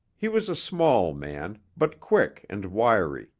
he was a small man, but quick and wiry.